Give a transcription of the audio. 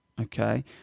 okay